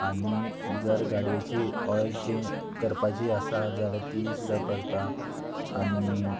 आनी जर गाडयेची ऑयल चेंज करपाची आसा जाल्यार ती सुद्दां करता आनी